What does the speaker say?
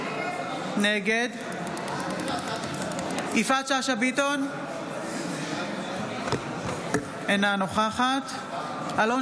נגד יפעת שאשא ביטון, אינה נוכחת אלון